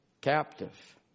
Captive